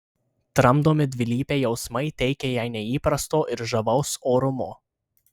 tramdomi dvilypiai jausmai teikia jai neįprasto ir žavaus orumo